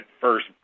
first